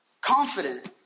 confident